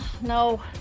No